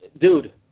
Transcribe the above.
dude